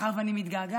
מאחר שאני מתגעגעת,